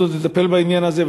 אנחנו עוד נטפל בעניין הזה,